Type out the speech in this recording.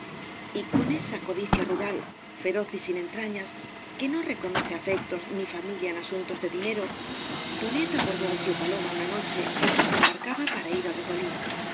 y con eaa codicia rural feroz y sin entrañas que no reconoce afectos ni familia en asuntos de dinero toaet abordó al tío paloma una noche en que se embarcaba para ir al